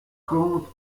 conte